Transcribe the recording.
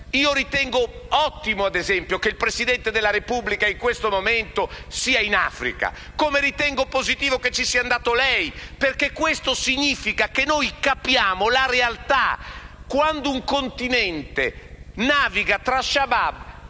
Ritengo ottimo, ad esempio, che il Presidente della Repubblica in questo momento sia in Africa, come ritengo positivo che ci sia andato lei perché questo significa che capiamo la realtà. Quando un continente naviga tra al-Shabaab,